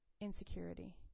insecurity